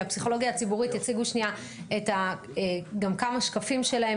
הפסיכולוגיה הציבורית יציגו שנייה גם כמה שקפים שלהם